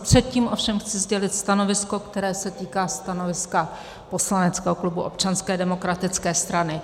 Předtím ovšem chci sdělit stanovisko, které se týká stanoviska poslaneckého klubu Občanské demokratické strany.